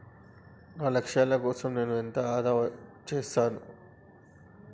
నా లక్ష్యాల కోసం నేను ఎంత ఆదా చేస్తాను?